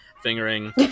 fingering